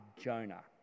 Jonah